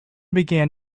began